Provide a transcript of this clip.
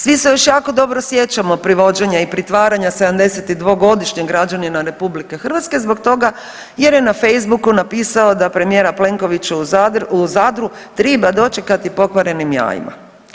Svi se još jako dobro sjećamo privođenja i pritvaranja 72-godišnjeg građanina RH zbog toga jer je na Facebooku napisao da premijera Plenkovića u Zadru triba dočekati pokvarenim jajima.